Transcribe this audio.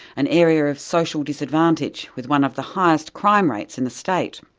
an area of social disadvantage, with one of the highest crime rates in the state.